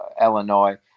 Illinois